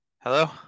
Hello